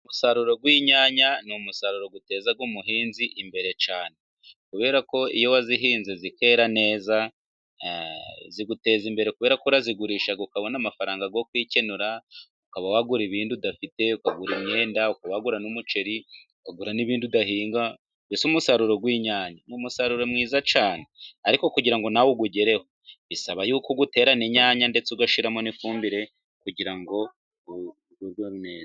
Umusaruro w'inyanya ni umusaruro uteza umuhinzi imbere cyane, kuberako iyo wazihinze zikera neza ziguteza imbere kuberako urazigurisha ukabona amafaranga yo kwikenura ukaba wagura ibindi udafite ukagura imyenda, ukagura n'umuceri ,ukagura n'ibindi udahinga ,mbese umusaruro w'inyanya ni umusaruro mwiza cyane ariko kugira ngo nawe uwugereho bisaba yuko uwuterana inyanya ndetse ugashyiramo n'ifumbire kugira ngo uwurye neza.